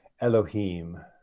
Elohim